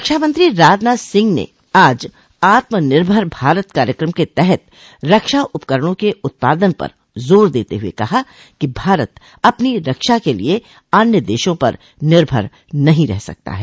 रक्षा मंत्री राजनाथ सिंह ने आज आत्मनिर्भर भारत कार्यक्रम के तहत रक्षा उपकरणों के उत्पादन पर जोर देते हुए कहा कि भारत अपनी रक्षा के लिए अन्य देशों पर निर्भर नहीं रह सकता है